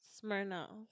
Smirnoff